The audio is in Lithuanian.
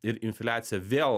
ir infliacija vėl